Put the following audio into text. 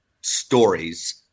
stories